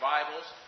Bibles